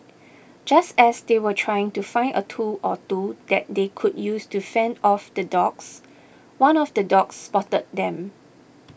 just as they were trying to find a tool or two that they could use to fend off the dogs one of the dogs spotted them